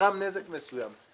נגרם נזק מסוים,